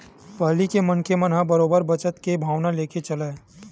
पहिली के मनखे मन ह बरोबर बचत के भावना लेके चलय